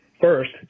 first